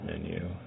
menu